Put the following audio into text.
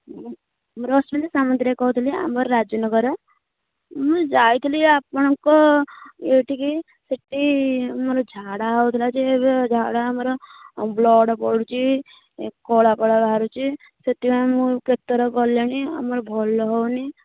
ମୁଁ ମୁଁ ରଶ୍ମୀତା ସାମନ୍ତରାୟ କହୁଥିଲି ଆମ ଘର ରାଜନଗର ମୁଁ ଯାଇଥିଲି ଆପଣଙ୍କ ଏଠିକି ସେଠି ମୋର ଝାଡ଼ା ହେଉଥିଲା ଯେ ଏବେ ଝାଡ଼ା ମୋର ବ୍ଲଡ୍ ପଡ଼ୁଛି କଳାକଳା ବାହାରୁଛି ସେଥିପାଇଁ ମୁଁ କେତେଥର ଗଲିଣି ମୋର ଭଲ ହେଉନି